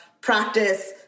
practice